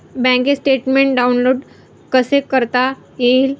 Bank statement download कसे करता येईल?